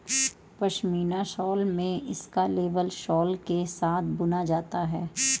pashmina shawl में इसका label सोल के साथ बुना जाता है